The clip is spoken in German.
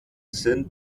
sind